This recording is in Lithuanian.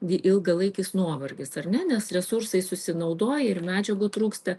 ilgalaikis nuovargis ar ne nes resursai susinaudoja ir medžiagų trūksta